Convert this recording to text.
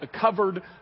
covered